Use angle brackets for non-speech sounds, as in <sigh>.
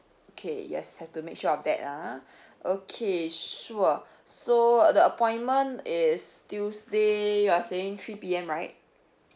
okay yes have to make sure update ah <breath> okay sure <breath> so the appointment is tuesday you are saying three P_M right